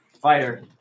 Fighter